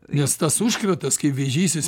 nes tas užkratas kaip vėžys jis